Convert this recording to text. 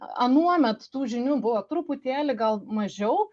anuomet tų žinių buvo truputėlį gal mažiau